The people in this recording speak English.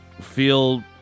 feel